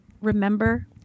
remember